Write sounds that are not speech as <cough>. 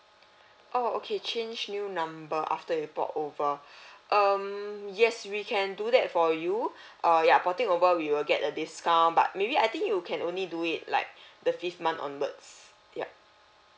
oh okay change new number after you port over <breath> um yes we can do that for you err ya porting over we will get a discount but maybe I think you can only do it like the fifth month onwards yup